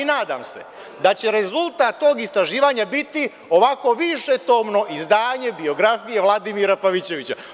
Nadam se da će rezultat tog istraživanja biti ovako više tomno izdanje biografije Vladimira Pavićevića.